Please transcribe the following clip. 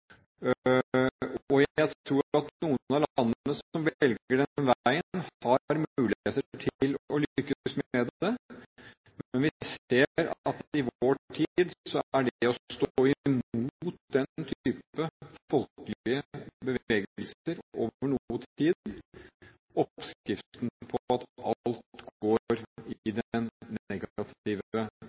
Jeg tror at noen av landene som velger den veien, har muligheter til å lykkes med det. Vi ser at i vår tid er det å stå imot den type folkelige bevegelser over noen tid oppskriften på at alt går i